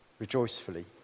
rejoicefully